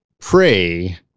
pray